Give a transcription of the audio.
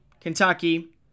Kentucky